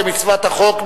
כמצוות החוק,